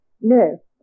No